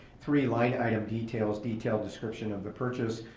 three, line item details, detailed description of the purchase.